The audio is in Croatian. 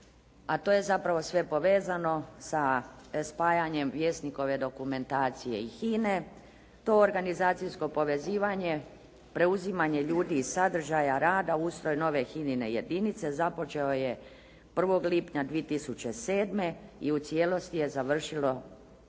a to je zapravo sve povezano sa spajanjem Vjesnikove dokumentacije i HINA-e. To organizacijsko povezivanje, preuzimanje ljudi i sadržaja rada, ustroj nove HINA-ine jedinice započeo je 1. lipnja 2007. i u cijelosti je završilo u